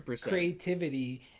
creativity